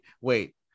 wait